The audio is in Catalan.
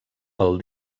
pel